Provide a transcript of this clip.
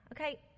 Okay